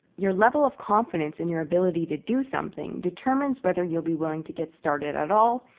your level of confidence in your ability to do something determines whether you'll be willing to get started at all,